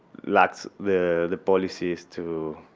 lacks the the policies to